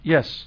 Yes